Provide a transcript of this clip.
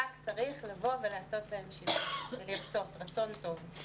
רק צריך לבוא ולעשות בהם שימוש ולרצות, רצון טוב.